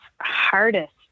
hardest